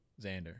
Xander